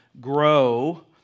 grow